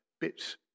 bits